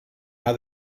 how